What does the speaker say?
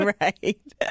Right